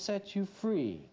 set you free